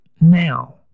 now